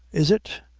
is it?